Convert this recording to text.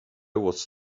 was